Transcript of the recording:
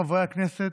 חברי הכנסת,